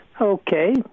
Okay